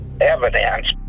evidence